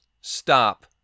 Stop